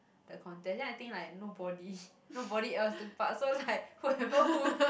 the contest then I think like nobody nobody else took part so like whoever put